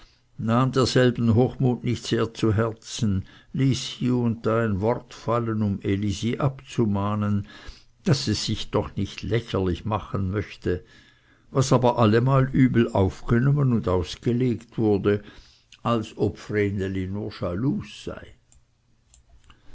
nahm derselben hochmut nicht sehr zu herzen ließ hie und da ein wort fallen um elisi abzumahnen daß es sich doch nicht lächerlich machen möchte was aber allemal übel aufgenommen und ausgelegt wurde als ob vreneli nur schalus sei